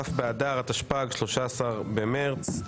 כ' באדר התשפ"ג 13 במרץ.